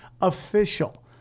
official